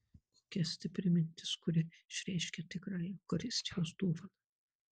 kokia stipri mintis kuri išreiškia tikrąją eucharistijos dovaną